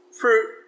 fruit